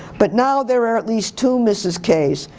but now there were at least two mrs. k's,